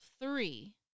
three